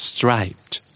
Striped